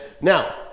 Now